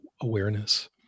awareness